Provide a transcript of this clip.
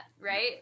right